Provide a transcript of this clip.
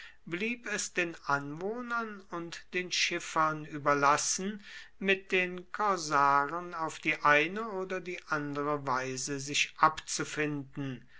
blieb es den anwohnern und den schiffern überlassen mit den korsaren auf die eine oder die andere weise sich abzufinden